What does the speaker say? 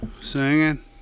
singing